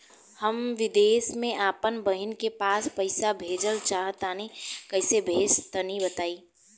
हम विदेस मे आपन बहिन के पास पईसा भेजल चाहऽ तनि कईसे भेजि तनि बताई?